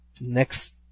next